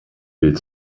bild